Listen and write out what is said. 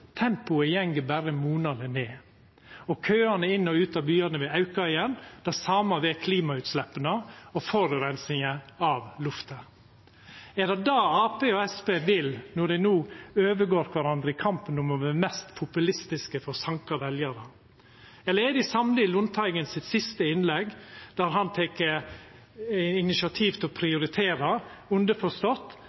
tempoet går berre monaleg ned, og køane inn og ut av byane vil auka igjen. Det same vil klimagassutsleppa og forureininga av lufta. Er det det Arbeidarpartiet og Senterpartiet vil når dei no overgår kvarandre i kampen om å vera mest populistiske for å sanka veljarar? Eller er dei samde med Lundteigen, som i sitt siste innlegg tok initiativ til å prioritera – underforstått: